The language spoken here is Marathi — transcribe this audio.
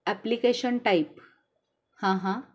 ॲप्लिकेशन टाईप हां हां